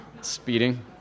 speeding